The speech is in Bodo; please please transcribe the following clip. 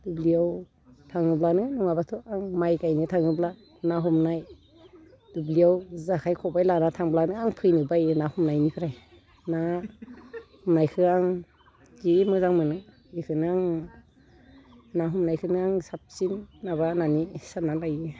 दुब्लियाव थाङोब्लानो नङाबाथ' आं माइ गायनो थाङोब्ला ना हमनाय दुब्लियाव जेखाइ खबाइ लाना थांब्लानो आं फैनो बायो ना हमनायनिफ्राय ना हमनायखौ आं जि मोजां मोनो बेखौनो आं ना हमनायखौनो आं साबसिन माबा होननानै साननानै लायो